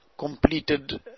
completed